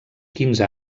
quinze